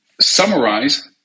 summarize